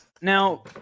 Now